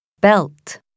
Belt